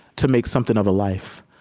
to make something of a life